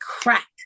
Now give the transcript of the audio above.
crack